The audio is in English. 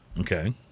Okay